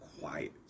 quiet